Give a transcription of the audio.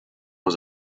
was